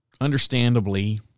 understandably